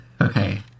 okay